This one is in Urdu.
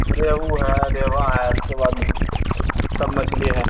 ریہو ہے ریوا ہے اس کے بعد سب مچھلی ہیں